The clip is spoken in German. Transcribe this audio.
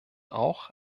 auch